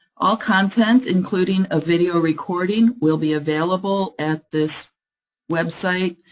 all content, including a video recording, will be available at this website.